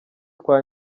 twa